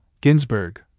Ginsburg